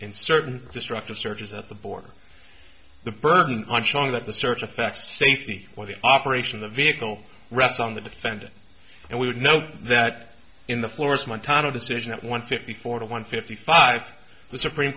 in certain destructive searches at the border the burden on showing that the search affects safety for the operation the vehicle rests on the defendant and we would note that in the florist montana decision at one fifty four to one fifty five the supreme